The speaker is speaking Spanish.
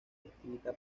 escrita